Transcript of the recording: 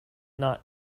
not